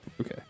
okay